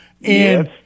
Yes